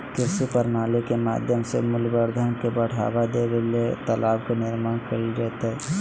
कृषि प्रणाली के माध्यम से मूल्यवर्धन के बढ़ावा देबे ले तालाब के निर्माण कैल जैतय